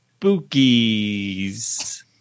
spookies